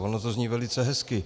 Ono to zní velice hezky.